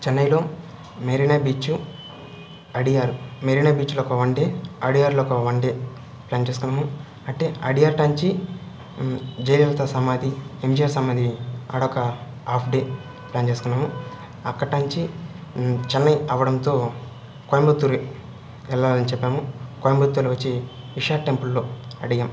చెన్నైలో మెరీనా బీచు అడియార్ మెరీనా బీచ్లో ఒక వన్ డే అడియార్లో ఒక వన్ డే ప్లాన్ చేసుకున్నాము అట్టే అడియట్టా నుంచి జయలలిత సమాధి ఎమ్జీఆర్ సమాధి ఆడొక హాఫ్ డే ప్లాన్ చేసుకున్నాము అక్కడి నుంచి చెన్నై రావడంతో కోయంబత్తూర్ వెళ్ళాలని చెప్పాము కోయంబత్తూర్ వచ్చి ఇషా టెంపుల్లో అడిగాం